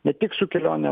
ne tik su kelione